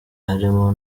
harimo